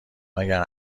مگر